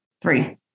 Three